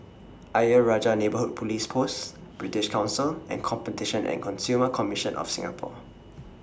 Ayer Rajah Neighbourhood Police Post British Council and Competition and Consumer Commission of Singapore